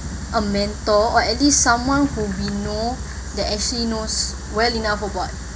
a mentor or at least someone whom we know that actually knows well enough about